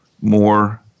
more